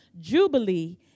Jubilee